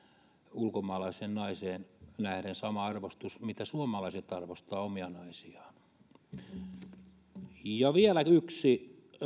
ulkomaalaiseen naiseen nähden sama arvostus kuin miten suomalaiset arvostavat omia naisiaan vielä yksi